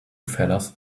fellas